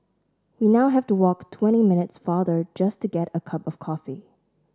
we now have to walk twenty minutes farther just to get a cup of coffee